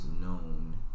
known